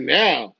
now